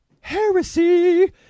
Heresy